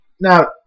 now